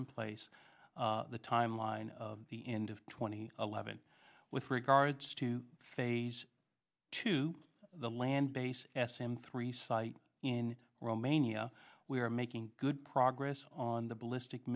in place the timeline of the end of twenty eleven with regards to phase two the land base s m three site in romania we are making good progress on the ballistic